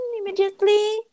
immediately